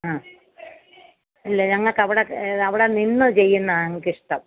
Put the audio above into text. അ ഇല്ല ഞങ്ങൾക്ക് അവിടെ അവിടെ നിന്ന് ചെയ്യുന്നതാണ് ഞങ്ങൾക്ക് ഇഷ്ടം